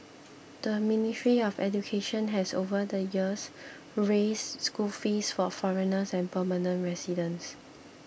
the Ministry of Education has over the years raised school fees for foreigners and permanent residents